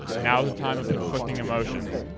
now's a time of conflicting emotions.